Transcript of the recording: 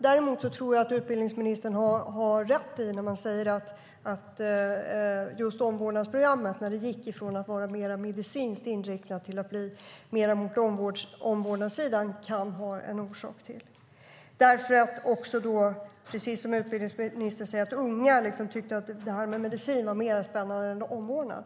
Däremot tror jag att utbildningsministern har rätt när han säger att en orsak kan vara att omvårdnadsprogrammet gått från att vara medicinskt inriktat till att mer riktas mot omvårdnadssidan. Precis som utbildningsministern säger tycker unga att medicin är mer spännande än omvårdnad.